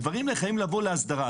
הדברים האלה חייבים לבוא להסדרה.